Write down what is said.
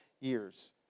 years